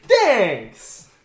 Thanks